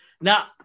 now